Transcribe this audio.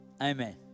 Amen